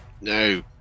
No